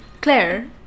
Claire